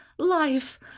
life